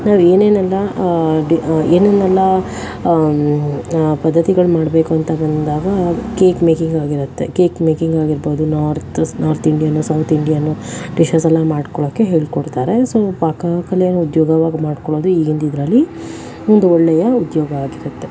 ನಾವೇನೇನೆಲ್ಲ ಏನೇನೆಲ್ಲ ಪದ್ದತಿಗಳು ಮಾಡಬೇಕು ಅಂತ ಬಂದಾಗ ಕೇಕ್ ಮೇಕಿಂಗಾಗಿರತ್ತೆ ಕೇಕ್ ಮೇಕಿಂಗಾಗಿರ್ಬೋದು north north Indian south Indian dishes ಎಲ್ಲ ಮಾಡ್ಕೊಳಕ್ಕೆ ಹೇಳ್ಕೊಡ್ತಾರೆ ಸೊ ಪಾಕಕಲೆಯ ಉದ್ಯೋಗವಾಗಿ ಮಾಡ್ಕೊಳೋದು ಈಗಿಂದು ಇದರಲ್ಲಿ ಒಂದು ಒಳ್ಳೆಯ ಉದ್ಯೋಗ ಆಗಿರತ್ತೆ